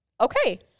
Okay